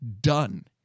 done